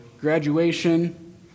graduation